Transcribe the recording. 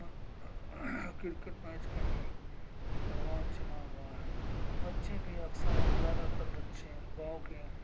cricket match کا ہی رواج چلا ہوا ہے بچے بھی اکثر زیادہ تر بچے گاؤں کے